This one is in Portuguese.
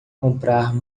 comprar